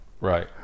Right